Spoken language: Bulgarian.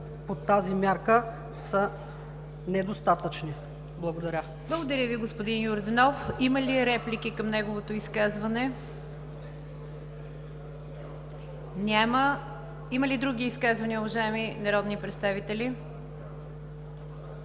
по тази мярка са недостатъчни. Благодаря Ви. ПРЕДСЕДАТЕЛ НИГЯР ДЖАФЕР: Благодаря Ви, господин Йорданов. Има ли реплики към неговото изказване? Няма. Има ли други изказвания, уважаеми народни представители? Няма